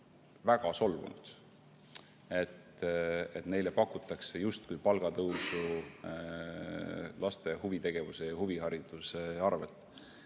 väga solvunud, et neile pakutakse palgatõusu justkui laste huvitegevuse ja huvihariduse arvel.